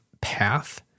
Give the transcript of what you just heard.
path